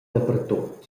dapertut